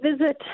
visit